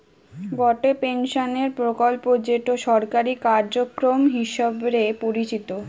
গটে পেনশনের প্রকল্প যেটো সরকারি কার্যক্রম হিসবরে পরিচিত